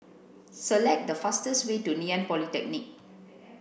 select the fastest way to Ngee Ann Polytechnic